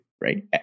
right